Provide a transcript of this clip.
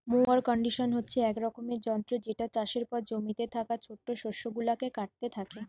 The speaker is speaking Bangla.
মোয়ার কন্ডিশন হচ্ছে এক রকমের যন্ত্র যেটা চাষের পর জমিতে থাকা ছোট শস্য গুলাকে কাটতে থাকে